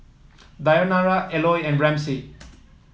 Dayanara Eloy and Ramsey